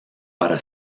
para